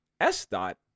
S-Dot